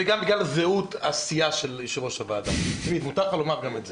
וגם זהות עשייה של יושב-ראש הוועדה מותר לך לומר גם את זה.